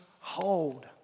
hold